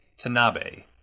Tanabe